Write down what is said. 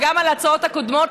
וגם על ההצעות הקודמות,